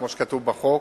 כמו שכתוב בהצעת החוק.